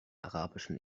arabischen